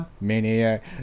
Maniac